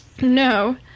No